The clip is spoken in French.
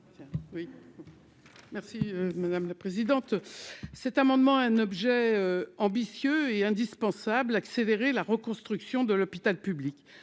Merci madame la présidente, cet amendement, un objet ambitieux et indispensables accélérer la reconstruction de l'hôpital public